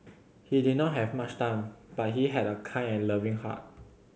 he did not have much time but he had a kind and loving heart